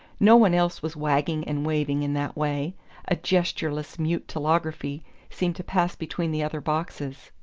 no one else was wagging and waving in that way a gestureless mute telegraphy seemed to pass between the other boxes.